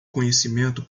conhecimento